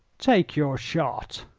take your shot!